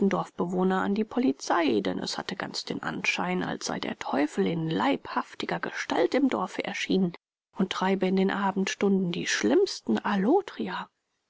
dorfbewohner an die polizei denn es hatte ganz den anschein als sei der teufel in leibhaftiger gestalt im dorfe erschienen und treibe in den abendstunden die schlimmsten allotria